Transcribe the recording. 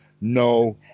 no